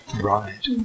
Right